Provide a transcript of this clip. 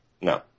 No